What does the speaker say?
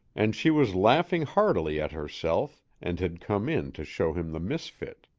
and she was laughing heartily at herself and had come in to show him the misfit.